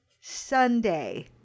Sunday